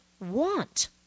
want